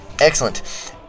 Excellent